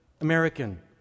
American